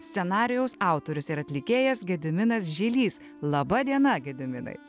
scenarijaus autorius ir atlikėjas gediminas žilys laba diena gediminai